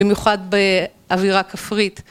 ‫במיוחד באווירה כפרית.